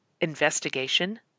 investigation